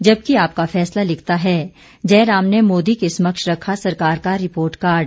जबकि आपका फैसला लिखता है जयराम ने मोदी के समक्ष रखा सरकार का रिपोर्ट कार्ड